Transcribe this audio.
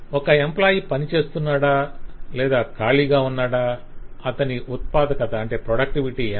ఒక ఎంప్లాయి పనిచేస్తున్నాడా లేదా ఖాళీగా ఉన్నాడా అతని ఉత్పాదకత ఎంత